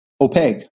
opaque